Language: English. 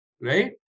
Right